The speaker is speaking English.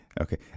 Okay